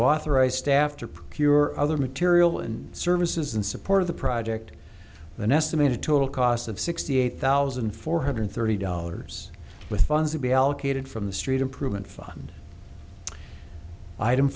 authorize staff to procure other material and services in support of the project than estimated total cost of sixty eight thousand four hundred thirty dollars with funds to be allocated from the street improvement fund item